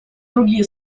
другие